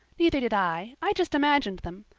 neither did i. i just imagined them.